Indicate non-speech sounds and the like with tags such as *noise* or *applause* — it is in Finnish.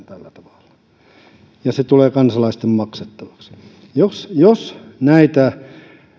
*unintelligible* tällä tavalla koko ajan ja se tulee kansalaisten maksettavaksi jos jos näitä